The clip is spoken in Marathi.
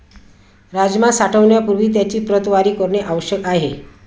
राजमा साठवण्यापूर्वी त्याची प्रतवारी करणे आवश्यक आहे